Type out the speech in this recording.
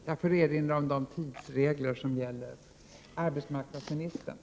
Jag erinrar om att repliken gäller Margit Sandéhns anförande.